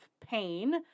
pain